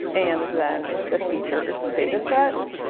and then the features data set.